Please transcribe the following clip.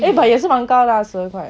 eh but 也是蛮高的 ah 十二块